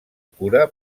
cura